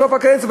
בסוף הקדנציה,